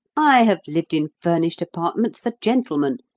i have lived in furnished apartments for gentlemen,